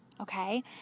Okay